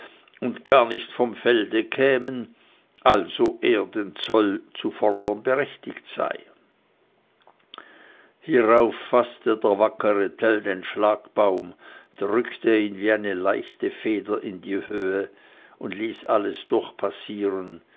und gar nicht vom felde kämen also er den zoll zu fordern berechtigt sei hierauf faßte der wackere tell den schlagbaum drückte ihn wie eine leichte feder in die höhe und ließ alles